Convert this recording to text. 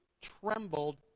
trembled